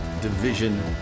Division